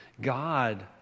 God